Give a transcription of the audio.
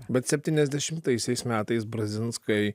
bet septyniasdešimtaisiais metais brazinskai